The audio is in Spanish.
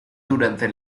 durante